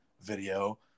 video